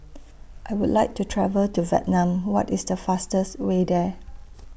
I Would like to travel to Vietnam What IS The fastest Way There